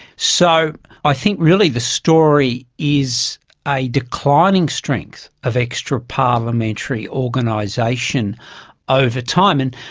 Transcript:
so i think really the story is a declining strength of extra parliamentary organisation over time. and,